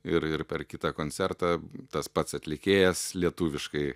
ir ir per kitą koncertą tas pats atlikėjas lietuviškai